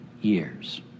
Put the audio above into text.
years